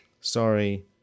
sorry